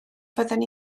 fydden